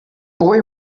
boy